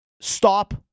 Stop